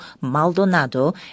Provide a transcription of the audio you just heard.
Maldonado